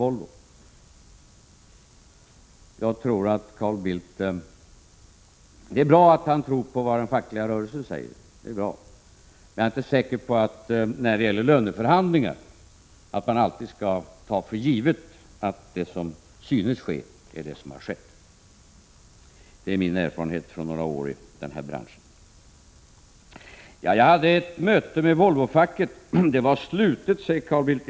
Det är bra att Carl Bildt tror på vad den fackliga rörelsen säger, men jag är inte säker på att man när det gäller löneförhandlingar alltid skall ta för givet att det som synes ske är det som har skett; det är min erfarenhet från några år i den här branschen. Jag hade ett möte med Volvofacket. Det var slutet, säger Carl Bildt.